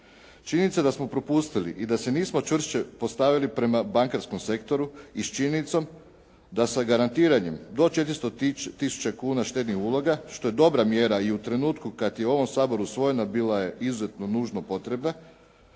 Činjenica je da smo propustili i da se nismo čvršće postavili prema bankarskom sektoru i s činjenicom da sa garantiranjem do 400 tisuća kuna štednih uloga što je dobra mjera i u trenutku kad je u ovom Saboru usvojena, bila je izuzetno nužna, potrebna,